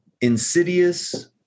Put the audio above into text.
insidious